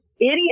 idiot